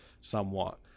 somewhat